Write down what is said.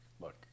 look